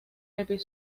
aunque